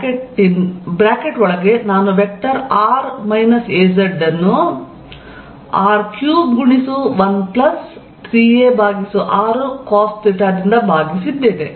bracket ಒಳಗೆ ನಾನು vector ಅನ್ನು r3 ಗುಣಿಸು 13ar ಕಾಸ್ ಥೀಟಾ ದಿಂದ ಭಾಗಿಸಿದ್ದೇನೆ